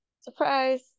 Surprise